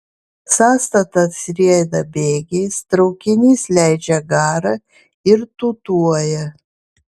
sąstatas rieda bėgiais traukinys leidžia garą ir tūtuoja